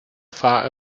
far